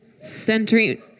centering